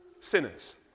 sinners